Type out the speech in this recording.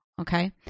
Okay